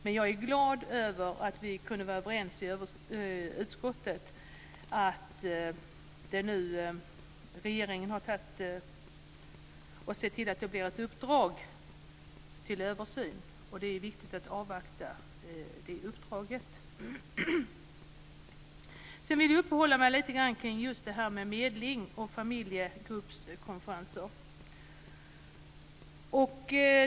Men jag är glad över att vi kunde var överens i utskottet att regeringen ska se till att det blir ett uppdrag om översyn. Det är viktigt att avvakta det uppdraget. Sedan vill jag uppehålla mig lite grann kring medling och familjegruppskonferenser.